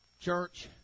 Church